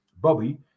Bobby